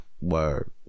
Word